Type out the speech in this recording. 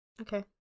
okay